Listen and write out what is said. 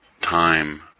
time